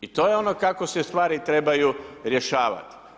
I to je ono kako se stvari trebaju rješavati.